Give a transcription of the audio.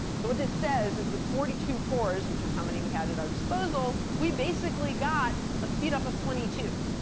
so what this says is with forty two cores, which is how many we had at our disposal, we basically got a speed-up of twenty two,